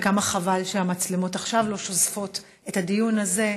וכמה חבל שהמצלמות לא שוזפות את הדיון הזה עכשיו.